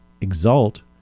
Exalt